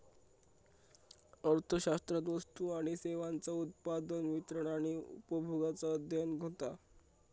अर्थशास्त्रात वस्तू आणि सेवांचा उत्पादन, वितरण आणि उपभोगाचा अध्ययन होता